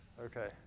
Okay